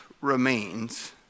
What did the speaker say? remains